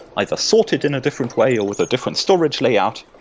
either sorted in a different way, or with a different storage layout.